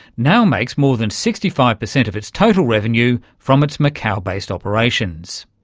now makes more than sixty five percent of its total revenue from its macau-based operations.